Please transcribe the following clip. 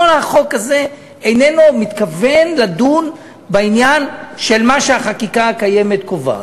כל החוק הזה איננו מתכוון לדון בעניין של מה שהחקיקה הקיימת קובעת,